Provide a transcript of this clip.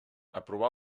aprovar